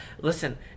Listen